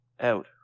out